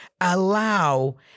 allow